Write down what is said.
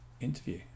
interview